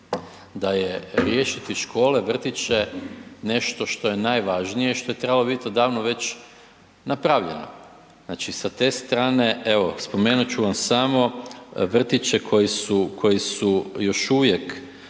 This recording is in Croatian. da je riješiti škole, vrtiće nešto što je najvažnije, što je trebalo biti odavno već napravljeno. Znači sa te strane, evo spomenut ću vam samo vrtiće koji su još uvijek